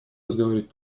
разговаривать